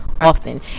often